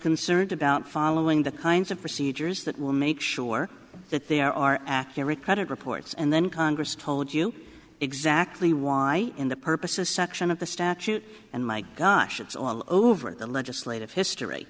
concerned about following the kinds of procedures that will make sure that there are accurate credit reports and then congress told you exactly why in the purposes section of the statute and my gosh it's all over the legislative history